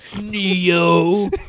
Neo